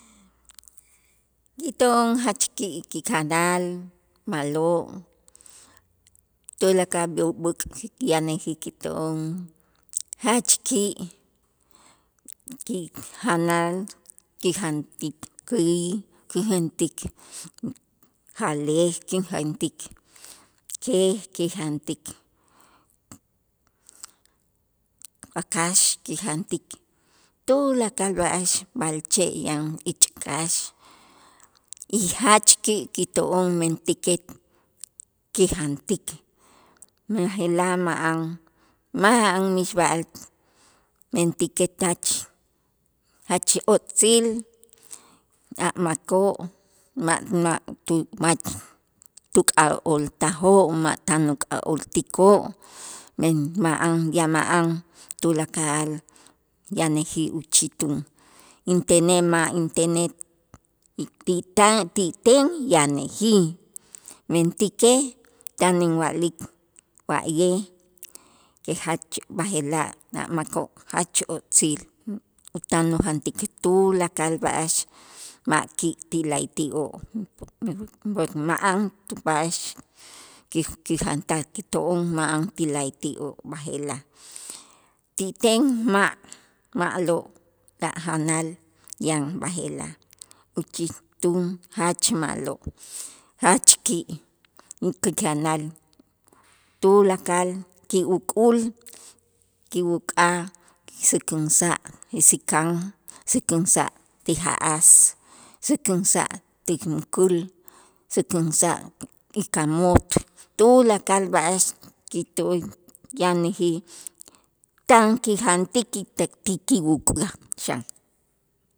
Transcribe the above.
Kito'on jach ki'ki' janal ma'lo' tulakal b'äk' janäjij kito'on jach ki' ki' janal kijantik käy, kijantik jalej, kinjantik keej, kijantik wakax, kijantik tulakal b'a'ax b'a'alche' yan ich k'aax y jach ki' kito'on, mentäkej kijantik b'aje'laj ma'an ma'an mixb'a'al, mentäkej tach jach o'tzil a' makoo' ma' tuk'a'ooltajoo' ma' tan uk'a'ooltikoo' men ma'an ya ma'an tulakal yanäjij uchitun, intenej ma', intenej ti tan ti ten yanäjij, mentäkej tan inwa'lik, wa'ye' que jach b'aje'laj a' makoo' jach o'tzil utan ujantik tulakal b'a'ax ma'ki' ti la'ayti'oo' ma'an tu b'a'ax ki- kijantaj kito'on ma'an ti la'ayti'oo' b'aje'laj ti ten ma' ma'lo' ta' janal yan b'aje'laj uchitun jach ma'lo' jach ki' janal tulakal ki' uk'ul kiwuk'aj säkänsa' säkan, säkänsa' ti ja'as, säkänsa' ti kul, säkänsa' y kamut tulakal b'a'ax kitoy yanäjij tan kijantik ti kiwuk 'aj xan.